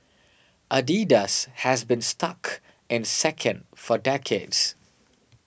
Adidas has been stuck in second for decades